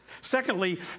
Secondly